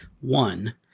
One